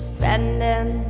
Spending